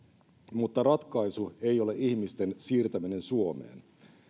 mutta ratkaisu ei ole ihmisten siirtäminen suomeen